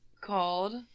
called